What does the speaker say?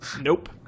nope